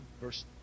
verse